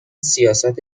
سیاست